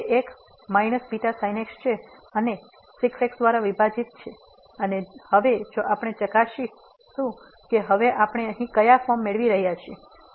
તો તે એક βsin x છે અને 6 x દ્વારા વિભાજીત છે અને હવે જો આપણે ચકાસીશું કે હવે આપણે અહીં કયા ફોર્મ મેળવી રહ્યા છીએ